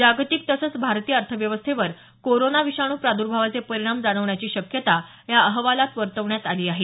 जागतिक तसंच भारतीय अर्थव्यवस्थेवर कोरोना विषाणू प्रादुर्भावाचे परिणाम जाणवण्याची शक्यता या अहवालात वर्तवण्यात आली आहे